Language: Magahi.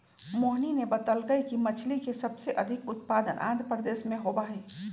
मोहिनी ने बतल कई कि मछ्ली के सबसे अधिक उत्पादन आंध्रप्रदेश में होबा हई